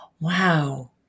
Wow